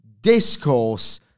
discourse